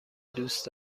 دوست